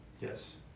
Yes